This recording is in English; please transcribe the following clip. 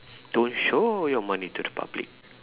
don't show your money to the public